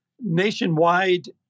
nationwide